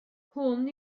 hwn